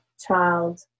child